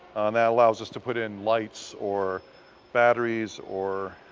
and that allows us to put in lights or batteries or